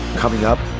coming up,